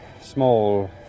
small